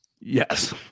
Yes